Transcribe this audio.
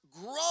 grow